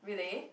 really